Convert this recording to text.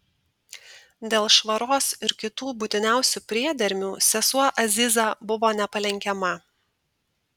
dėl švaros ir kitų būtiniausių priedermių sesuo aziza buvo nepalenkiama